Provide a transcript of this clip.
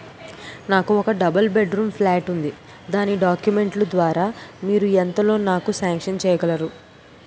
నాకు ఒక double bedroom flat ఉంది దాని డాక్యుమెంట్స్ లు ద్వారా మీరు ఎంత లోన్ నాకు సాంక్షన్ చేయగలరు?